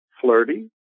flirty